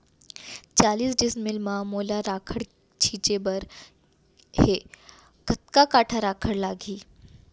चालीस डिसमिल म मोला राखड़ छिंचे बर हे कतका काठा राखड़ लागही?